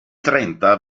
trenta